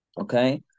Okay